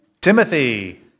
timothy